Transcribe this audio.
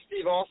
Steve